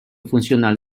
funcional